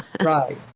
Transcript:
Right